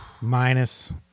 minus